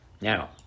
Now